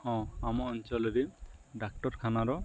ହଁ ଆମ ଅଞ୍ଚଳରେ ଡାକ୍ତରଖାନାର